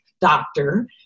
doctor